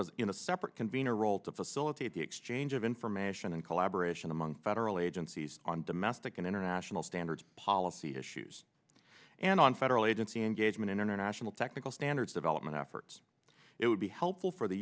us in a separate convener role to facilitate the exchange of information and collaboration among federal agencies on domestic and international standards policy issues and on federal agency engagement international technical standards development efforts it would be helpful for the